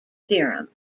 theorem